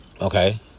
okay